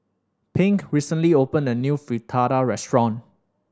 Pink recently opened a new Fritada restaurant